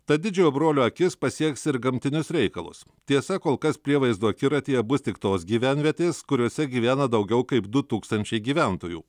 tad didžiojo brolio akis pasieks ir gamtinius reikalus tiesa kol kas prievaizdų akiratyje bus tik tos gyvenvietės kuriose gyvena daugiau kaip du tūkstančiai gyventojų